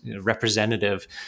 representative